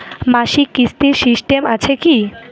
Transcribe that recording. মাসিক কিস্তির সিস্টেম আছে কি?